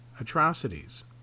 atrocities